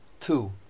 two